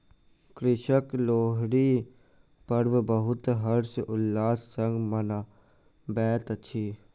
कृषक लोहरी पर्व बहुत हर्ष उल्लास संग मनबैत अछि